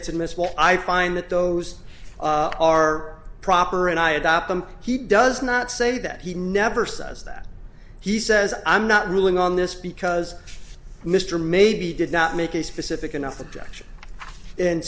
it's admissible i find that those are proper and i adopt them he does not say that he never says that he says i'm not ruling on this because mr maybe did not make a specific enough objection and